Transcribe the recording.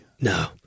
No